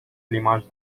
limaj